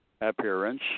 appearance